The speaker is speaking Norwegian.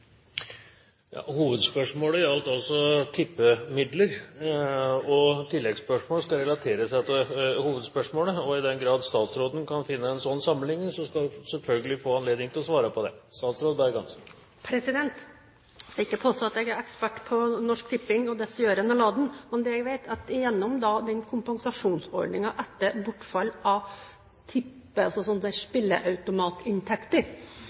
Hovedspørsmålet gjaldt altså tippemidler, og oppfølgingsspørsmål skal relatere seg til hovedspørsmålet. I den grad statsråden kan finne en sånn sammenheng, skal hun selvfølgelig få anledning til å svare på det. Jeg skal ikke påstå at jeg er ekspert på Norsk Tipping og deres gjøren og laden, men det jeg vet, er at gjennom kompensasjonsordningen, etter bortfall av